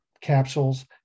capsules